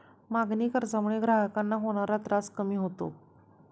मागणी कर्जामुळे ग्राहकांना होणारा त्रास कमी होतो